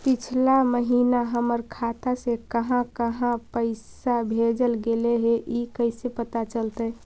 पिछला महिना हमर खाता से काहां काहां पैसा भेजल गेले हे इ कैसे पता चलतै?